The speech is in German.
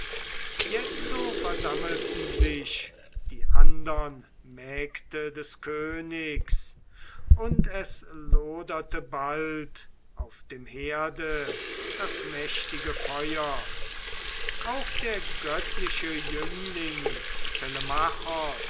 jetzo versammelten sich die andern mägde des königs und es loderte bald auf dem herde das mächtige feuer auch der göttliche jüngling